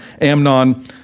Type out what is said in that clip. Amnon